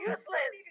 Useless